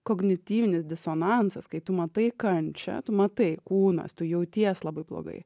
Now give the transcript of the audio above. kognityvinis disonansas kai tu matai kančią tu matai kūnas tu jauties labai blogai